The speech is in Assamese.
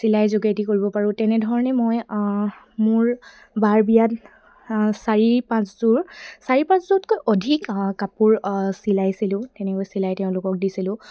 চিলাই যোগেদি কৰিব পাৰোঁ তেনেধৰণে মই মোৰ বাৰ বিয়াত চাৰি পাঁচযোৰ চাৰি পাঁচযোৰতকৈ অধিক কাপোৰ চিলাইছিলোঁ তেনেকৈ চিলাই তেওঁলোকক দিছিলোঁ